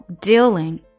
dealing